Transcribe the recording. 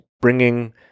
bringing